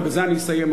ובזה אני אסיים,